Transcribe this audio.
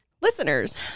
Listeners